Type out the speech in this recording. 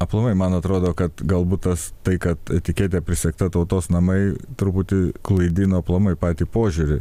aplamai man atrodo kad galbūt tas tai kad etiketė prisegta tautos namai truputį klaidina aplamai patį požiūrį